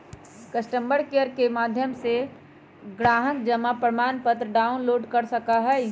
customer care के माध्यम से ग्राहक जमा प्रमाणपत्र डाउनलोड कर सका हई